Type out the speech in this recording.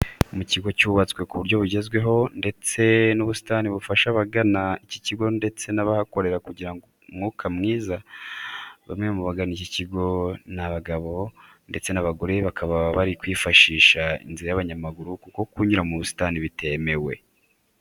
Mu kigo cyubatswe ku buryo bugezweho, ndetse n'ubusitani bufasha abagana iki kigo ndetse n'abahakorera kugira umwuka mwiza. Bamwe mu bagana iki kigo ni abagabo ndetse n'abagore bakaba bari kwifashisha inzira y'abanyamaguru kuko kunyura mu busitani bitemewe.